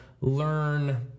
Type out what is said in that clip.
learn